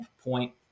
point